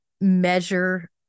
measure